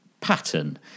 pattern